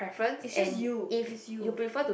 is just you is you